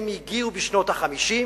הם הגיעו בשנות ה-50,